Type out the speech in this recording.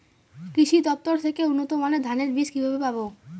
কৃষি দফতর থেকে উন্নত মানের ধানের বীজ কিভাবে পাব?